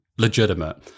Legitimate